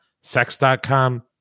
sex.com